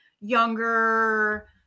younger